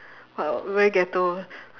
but very ghetto